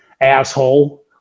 asshole